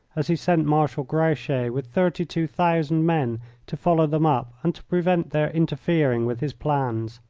as he sent marshal grouchy with thirty-two thousand men to follow them up and to prevent their interfering with his plans.